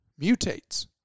mutates